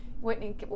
Whitney